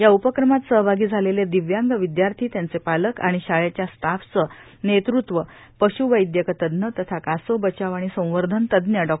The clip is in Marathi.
या उपक्रमात सहभागी झालेले दिव्यांग विद्यार्थी त्यांचे पालक आणि शाळेच्या स्टाफचं नेतृत्व पशवैदयकतज्ज्ञ तथा कासव बचाव आणि संवर्धन तज्ज्ञ डॉ